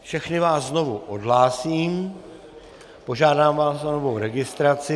Všechny vás znovu odhlásím, požádám vás o novou registraci.